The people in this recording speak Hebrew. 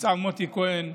ניצב מוטי כהן,